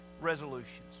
resolutions